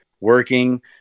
working